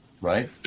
right